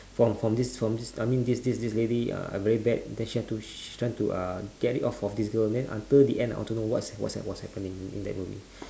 from from this from this I mean this this this lady uh I'm very bad then she like to she like to uh get rid of of this girl then until the end I don't know what what what's happening in that movie